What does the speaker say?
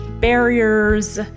barriers